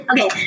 Okay